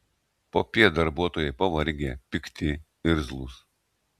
popiet darbuotojai pavargę pikti irzlūs